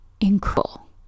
incredible